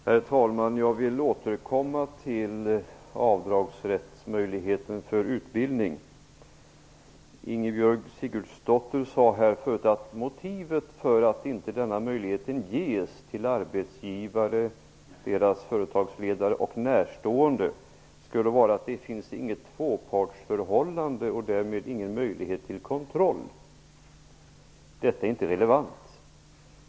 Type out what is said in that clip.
Herr talman! Jag vill återkomma till frågan om rätt till avdrag för utbildning. Ingibjörg Sigurdsdóttir sade tidigare att motivet för att denna möjlighet inte ges till företagsledare, delägare och närstående skulle vara att det inte finns något tvåpartsförhållande och därmed ingen möjlighet till kontroll. Detta är inte relevant.